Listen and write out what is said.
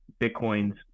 Bitcoin's